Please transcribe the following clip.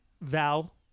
Val